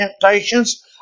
temptations